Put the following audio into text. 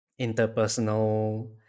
interpersonal